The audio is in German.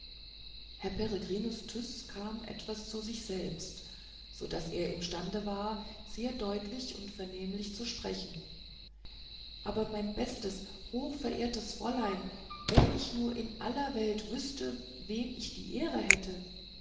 herr peregrinus tyß kam etwas zu sich selbst so daß er imstande war sehr deutlich und vernehmlich zu sprechen aber mein bestes hochverehrtes fräulein wenn ich nur in aller welt wüßte wem ich die ehre hätte